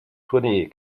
tournee